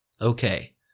Okay